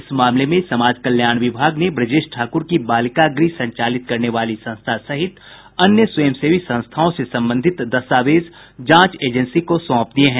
इस मामले में समाज कल्याण विभाग ने ब्रजेश ठाकुर की बालिका गृह संचालित करने वाली संस्था सहित अन्य स्वयंसेवी संस्थाओं से संबंधित दस्तावेज जांच एजेंसी को सौंप दिये हैं